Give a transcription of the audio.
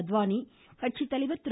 அத்வானி கட்சித் தலைவர் திரு